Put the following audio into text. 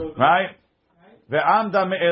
right